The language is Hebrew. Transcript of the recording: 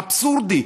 אבסורדי,